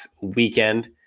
weekend